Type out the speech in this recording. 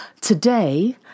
Today